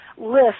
List